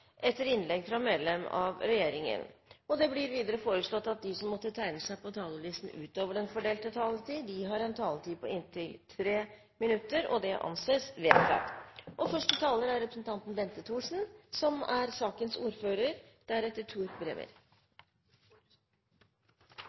etter innlegg fra medlem av regjeringen innenfor den fordelte taletid. Videre blir det foreslått at de som måtte tegne seg på talerlisten utover den fordelte taletid, får en taletid på inntil 3 minutter. – Det anses vedtatt.